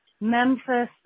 Memphis